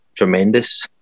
Tremendous